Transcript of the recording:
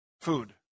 food